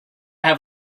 have